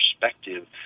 perspective